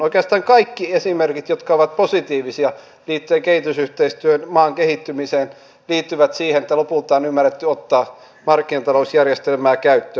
oikeastaan kaikki esimerkit jotka ovat positiivisia liittyen kehitysyhteistyöhön maan kehittymiseen liittyvät siihen että lopulta on ymmärretty ottaa markkinatalousjärjestelmää käyttöön